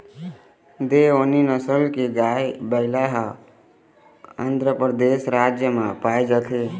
देओनी नसल के गाय, बइला ह आंध्रपरदेस राज म पाए जाथे